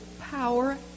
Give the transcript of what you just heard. power